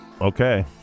Okay